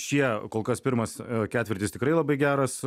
šie kol kas pirmas ketvirtis tikrai labai geras